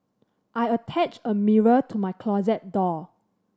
I attached a mirror to my closet door